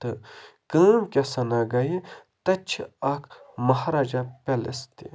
تہٕ کٲم کیٛاہ سَنا گٔیہِ تَتہِ چھِ اَکھ مہارجہ پیلس تہِ